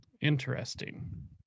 Interesting